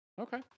Okay